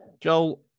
joel